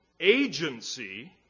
agency